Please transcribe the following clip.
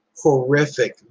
horrific